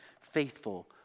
faithful